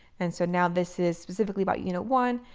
and so now this is specifically about unit one.